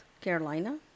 Carolina